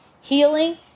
healing